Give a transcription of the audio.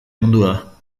mundua